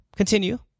Continue